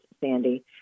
Sandy